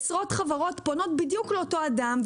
עשרות חברות פונות בדיוק לאותו אדם,